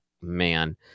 man